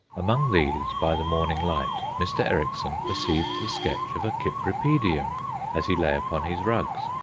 among these, by the morning light, mr. ericksson perceived the sketch of a cypripedium, as he lay upon his rugs.